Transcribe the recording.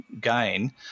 gain